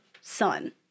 son